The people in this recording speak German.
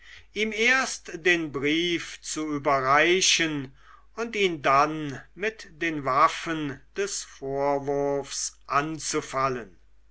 ihm erst den brief zu überreichen und ihn dann mit den waffen des vorwurfs anzufallen